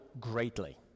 greatly